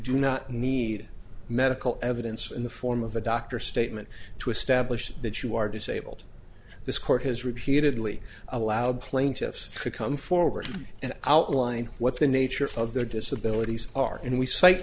do not need medical evidence in the form of a doctor statement to establish that you are disabled this court has repeatedly allowed plaintiffs to come forward and outline what the nature of their disabilities are and we cite